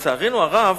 לצערנו הרב,